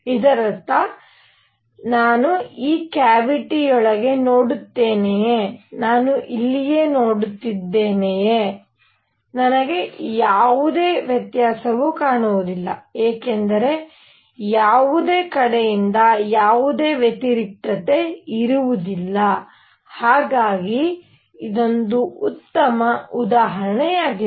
ಇದರರ್ಥ ನಾನು ಈ ಕ್ಯಾವಿಟಿಯೊಳಗೆ ನೋಡುತ್ತೇನೆಯೇ ನಾನು ಇಲ್ಲಿ ನೋಡುತ್ತೇನೆಯೇ ನನಗೆ ಯಾವುದೇ ವ್ಯತ್ಯಾಸವನ್ನು ಕಾಣುವುದಿಲ್ಲ ಏಕೆಂದರೆ ಯಾವುದೇ ಕಡೆಯಿಂದ ಯಾವುದೇ ವ್ಯತಿರಿಕ್ತತೆ ಇರುವುದಿಲ್ಲ ಹಾಗಾಗಿ ಇದಕ್ಕೆ ಉತ್ತಮ ಉದಾಹರಣೆಯಾಗಿದೆ